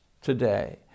Today